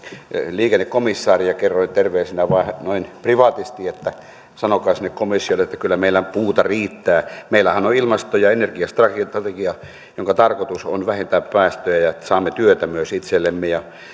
liikennekomissaarin ja kerroin terveisenä vain noin privaatisti että sanokaa sinne komissiolle että kyllä meillä puuta riittää meillähän on ilmasto ja energia strategia strategia jonka tarkoitus on vähentää päästöjä ja se että saamme työtä myös itsellemme ja